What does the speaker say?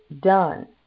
done